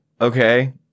okay